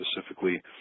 specifically